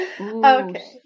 Okay